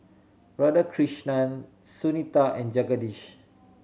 Radhakrishnan Sunita and Jagadish